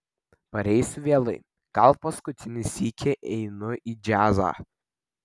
pareisiu vėlai gal paskutinį sykį einu į džiazą